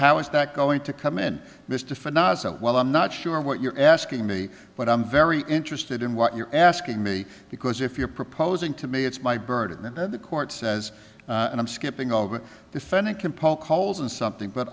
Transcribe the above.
how is that going to come in mr well i'm not sure what you're asking me but i'm very interested in what you're asking me because if you're proposing to me it's my burden and then the court says and i'm skipping over defendant can poke holes in something but